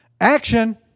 action